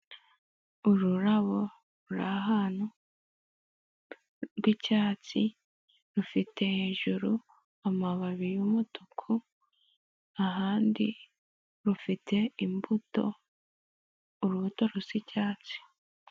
Ururabo ruri ahantu rw'icyatsi rufite hejuru amababi y'umutuku ahandi rufite imbuto urubuto rusa icyatsi.